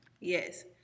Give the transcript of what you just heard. Yes